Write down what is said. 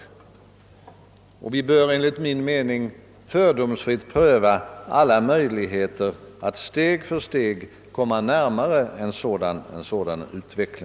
Vi bör fördomsfritt pröva alla möjligheter att steg för steg förverkliga en sådan utveckling.